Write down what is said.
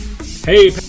Hey